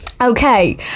Okay